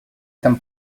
этом